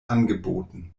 angeboten